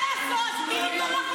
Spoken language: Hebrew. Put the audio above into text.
תתביישו לכם.